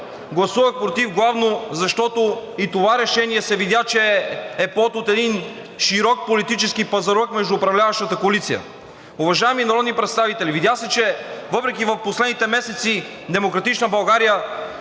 Гласувах против главно защото и това решение се видя, че е плод от един широк политически пазарлък между управляващата коалиция. Уважаеми народни представители, видя се, че въпреки в последните месеци „Демократична България“